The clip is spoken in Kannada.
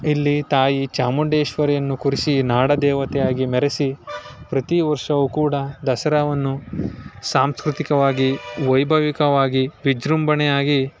ಇಲ್ಲಿ ತಾಯಿ ಚಾಮುಂಡೇಶ್ವರಿಯನ್ನು ಕೂರಿಸಿ ನಾಡ ದೇವತೆಯಾಗಿ ಮೆರೆಸಿ ಪ್ರತಿ ವರ್ಷವೂ ಕೂಡ ದಸರಾವನ್ನು ಸಾಂಸ್ಕೃತಿಕವಾಗಿ ವೈಭವಿಕವಾಗಿ ವಿಜೃಂಭಣೆಯಾಗಿ